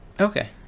Okay